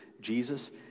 Jesus